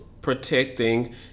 Protecting